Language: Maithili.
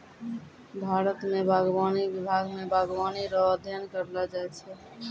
भारत मे बागवानी विभाग मे बागवानी रो अध्ययन करैलो जाय छै